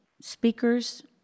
speakers